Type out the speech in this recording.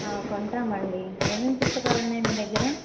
కొంటామండి ఏమేం పుస్తకాలు ఉన్నాయి మీ దగ్గర